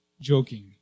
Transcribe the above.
joking